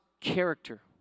character